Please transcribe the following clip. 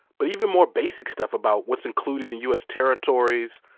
but even more basic stuff about what's included in u s. territories,